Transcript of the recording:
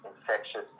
infectious